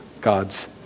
God's